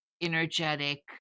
energetic